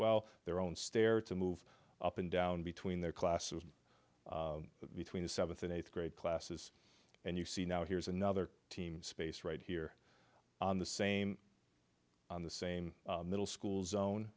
well their own stair to move up and down between their classes between seventh and eighth grade classes and you see now here's another team space right here on the same on the same middle school zone